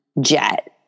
jet